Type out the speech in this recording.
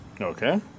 Okay